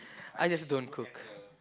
I just don't cook